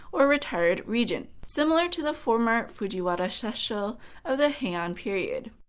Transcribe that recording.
or retired regent similar to the former fujiwara sessho of the heian period.